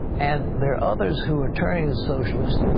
and there are others who are turning socialist.